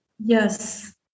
Yes